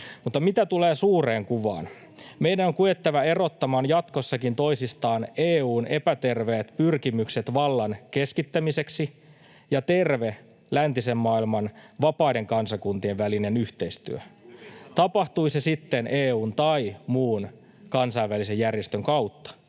Mutta mitä tulee suureen kuvaan? Meidän on kyettävä erottamaan jatkossakin toisistaan EU:n epäterveet pyrkimykset vallan keskittämiseksi ja terve läntisen maailman vapaiden kansakuntien välinen yhteistyö, tapahtui se sitten EU:n tai muun kansainvälisen järjestön kautta.